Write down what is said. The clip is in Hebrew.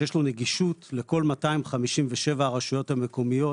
שיש לו נגישות לכל 257 הרשויות המקומיות,